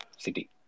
City